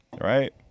right